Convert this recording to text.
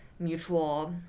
Mutual